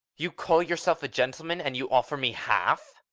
you call yourself a gentleman and you offer me half!